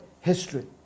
history